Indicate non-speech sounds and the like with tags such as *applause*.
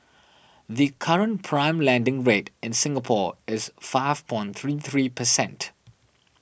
the current prime lending rate in Singapore is five *unintelligible* three three percent